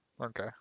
Okay